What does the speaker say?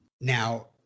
now